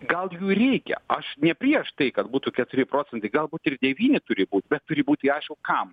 gal jų ir reikia aš ne prieš tai kad būtų keturi procentai galbūt ir devyni turi būt bet turi būti aišku kam